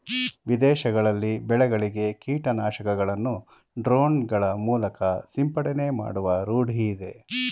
ವಿದೇಶಗಳಲ್ಲಿ ಬೆಳೆಗಳಿಗೆ ಕೀಟನಾಶಕಗಳನ್ನು ಡ್ರೋನ್ ಗಳ ಮೂಲಕ ಸಿಂಪಡಣೆ ಮಾಡುವ ರೂಢಿಯಿದೆ